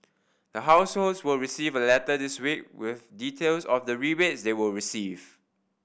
the households will receive a letter this week with details of the rebate they will receive